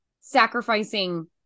sacrificing